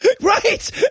Right